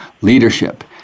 leadership